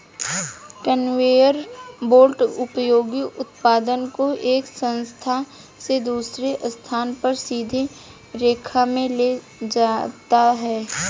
conveyor belt उपयोगी उत्पाद को एक स्थान से दूसरे स्थान पर सीधी रेखा में ले जाता है